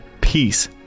peace